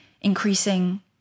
increasing